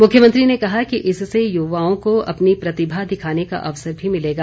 मुख्यमंत्री ने कहा कि इससे युवाओं को अपनी प्रतिभा दिखाने का अवसर भी मिलेगा